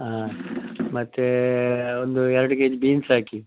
ಹಾಂ ಮತ್ತು ಒಂದು ಎರಡು ಕೆಜಿ ಬೀನ್ಸ್ ಹಾಕಿ